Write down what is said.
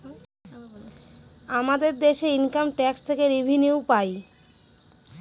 আমাদের দেশে income tax থেকে রেভিনিউ পাই